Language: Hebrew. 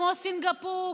כמו סינגפור,